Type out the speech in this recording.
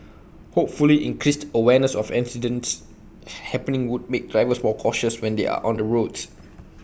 hopefully increased awareness of accidents happening would make drivers more cautious when they are on the roads